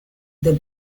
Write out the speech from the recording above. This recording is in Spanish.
del